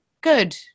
good